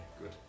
good